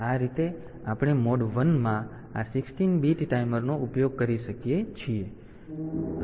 તેથી આ રીતે આપણે મોડ 1 માં આ 16 બીટ ટાઈમરનો ઉપયોગ કરી શકીએ છીએ